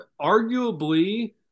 Arguably